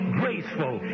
graceful